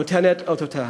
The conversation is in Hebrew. נותנות אותותיהן.